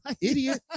idiot